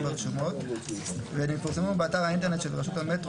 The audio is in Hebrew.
ברשומות והם יפורסמו באתר האינטרנט של רשות המטרו